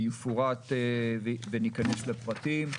וניכנס לפרטים.